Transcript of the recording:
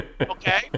Okay